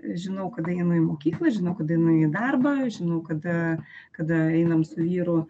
žinau kada einu į mokyklą žinau kad einu į darbą žinau kada kada einam su vyru